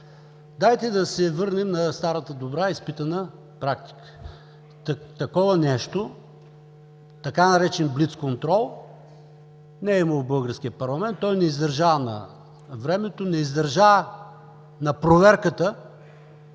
Дайте да се върнем на старата добра изпитана практика. Такова нещо, така наречен „блицконтрол“ не е имало в българския парламент. Той не издържа на времето, не издържа на проверката.